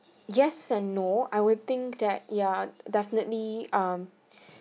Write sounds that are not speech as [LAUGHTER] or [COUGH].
yes and no I would think that yeah definitely um [BREATH]